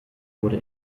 wurde